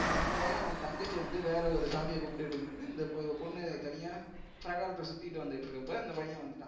அவன் நல்லவேளை அவன் தங்கச்சி வந்து வேறு ஒரு சாமியை கும்பிட்டுட்டு இருந்துது இந்த பொ பொண்ணு தனியாக பிரகாரத்தசுற்றிக்கிட்டு வந்துவிட்டு இருக்கப்போ இந்த பையன் வந்துவிட்டான்